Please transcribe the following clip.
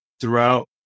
throughout